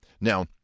Now